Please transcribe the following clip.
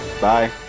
bye